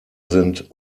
sind